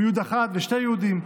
עם יו"ד אחת ושתי יו"ד,